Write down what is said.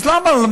אז למה מה